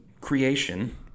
creation